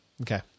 Okay